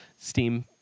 steam